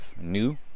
new